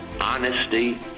honesty